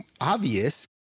obvious